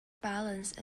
balance